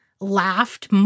laughed